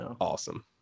awesome